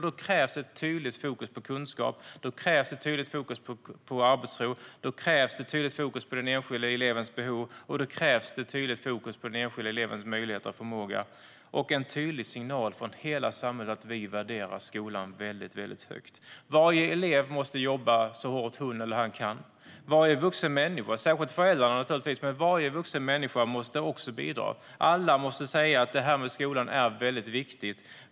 Då krävs ett tydligt fokus på kunskap, på arbetsro, på den enskilde elevens behov, möjlighet och förmåga och en tydlig signal från hela samhället att vi värderar skolan mycket högt. Varje elev måste jobba så hårt som hon eller han kan. Varje vuxen människa, särskilt föräldrarna naturligtvis, måste också bidra. Alla måste säga: Detta med skolan är väldigt viktigt.